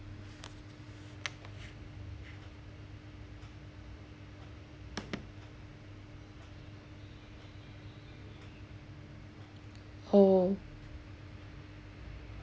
oh